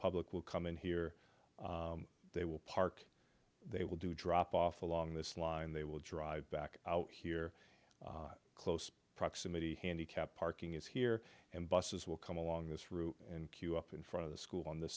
public will come in here they will park they will do drop off along this line they will drive back out here close proximity handicapped parking is here and buses will come along this route and queue up in front of the school on th